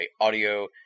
Audio